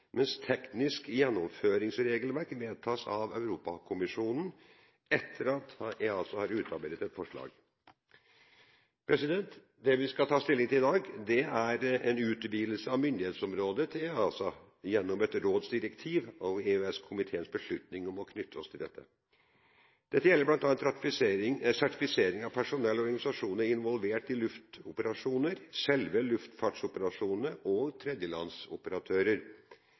mens teknisk gjennomføringsregelverk vedtas av Europakommisjonen etter at EASA har utarbeidet forslag. Det vi skal ta stilling til i dag, er en utvidelse av myndighetsområdet for EASA gjennom et rådsdirektiv og EØS-komiteens beslutning knyttet til dette. Dette gjelder bl.a. sertifisering av personell og organisasjoner involvert i luftfartsoperasjoner, selve luftfartsoperasjonene og tredjelandsoperatører.